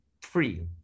free